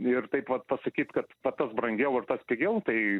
ir taip vat pasakyt kad va tas brangiau ar tas pigiau tai